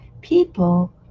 people